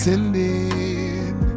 Sending